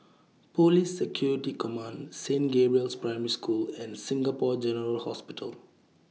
Police Security Command Saint Gabriel's Primary School and Singapore General Hospital